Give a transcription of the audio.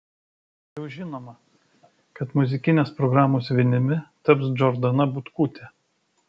jau žinoma kad muzikinės programos vinimi taps džordana butkutė